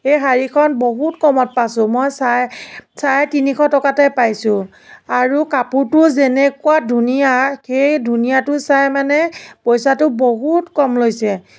এই শাড়ীখন বহুত কমত পাইছোঁ মই চাৰে চাৰে তিনিশ টকাতে পাইছোঁ আৰু কাপোৰটো যেনেকুৱা ধুনীয়া সেই ধুনীয়াটো চাই মানে পইচাটো বহুত কম লৈছে